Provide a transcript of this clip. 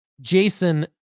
Jason